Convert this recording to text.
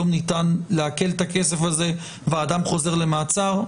היום ניתן לעקל את הכסף הזה והאדם חוזר למעצר?